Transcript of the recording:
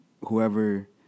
whoever